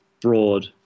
broad